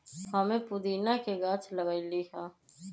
हम्मे पुदीना के गाछ लगईली है